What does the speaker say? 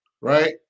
right